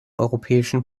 europäischen